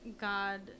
God